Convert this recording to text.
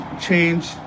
change